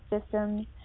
systems